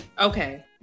Okay